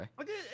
Okay